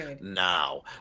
now